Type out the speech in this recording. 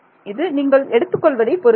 இது நீங்கள் எடுத்துக்கொள்வதை பொருத்தது